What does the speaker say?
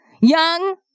Young